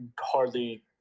hardly